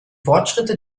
fortschritte